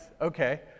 Okay